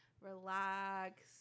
relax